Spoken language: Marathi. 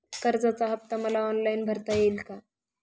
कर्जाचा हफ्ता मला ऑनलाईन भरता येईल का?